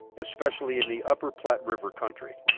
especially in the upper platte river country.